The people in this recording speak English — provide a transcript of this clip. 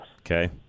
Okay